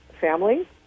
family